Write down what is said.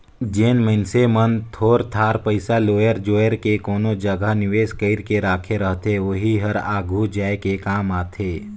जेन मइनसे मन थोर थार पइसा लोएर जोएर के कोनो जगहा निवेस कइर के राखे रहथे ओही हर आघु जाए काम आथे